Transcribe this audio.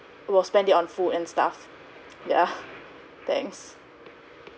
will spend it on food and stuff yeah thanks